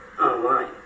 online